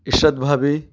عشرت بھابھی